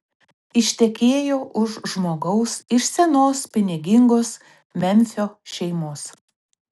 ištekėjo už žmogaus iš senos pinigingos memfio šeimos